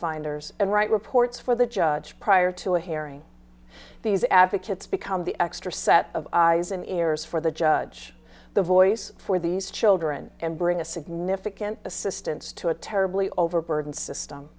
finders and write reports for the judge prior to a hearing these advocates become the extra set of eyes and ears for the judge the voice for these children and bring a significant assistance to a terribly overburdened system